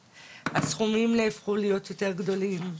הסכומים נהפכו להיות יותר גדולים.